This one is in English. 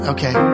Okay